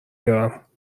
برم